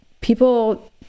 people